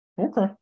Okay